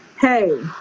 hey